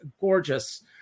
gorgeous